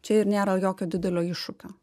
čia ir nėra jokio didelio iššūkio